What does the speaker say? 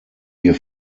wir